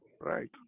Right